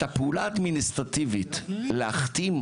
את הפעולה האדמיניסטרטיבית להחתים,